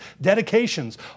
dedications